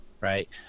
right